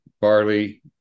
barley